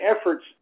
efforts